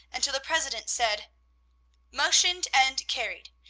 until the president said motioned, and carried.